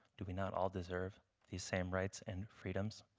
do we not all deserve these same rights and freedoms?